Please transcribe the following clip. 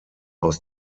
aus